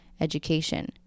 education